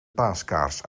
paaskaars